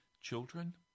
children